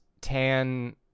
Tan